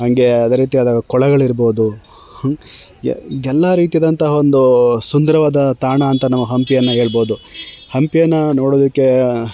ಹಂಗೆ ಅದೇ ರೀತಿಯಾದ ಕೊಳಗಳಿರ್ಬೋದು ಎಲ್ಲ ರೀತಿಯಾದಂತಹ ಒಂದು ಸುಂದರವಾದ ತಾಣ ಅಂತ ನಾವು ಹಂಪಿಯನ್ನು ಹೇಳ್ಬೋದು ಹಂಪಿಯನ್ನು ನೋಡೋದಕ್ಕೆ